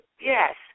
Yes